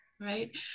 right